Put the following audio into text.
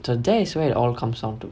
so that is where it all comes down to